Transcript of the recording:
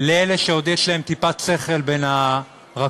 לאלה שעוד יש להם טיפת שכל בין הרקות,